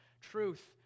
truth